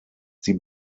sie